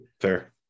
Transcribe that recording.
fair